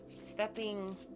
stepping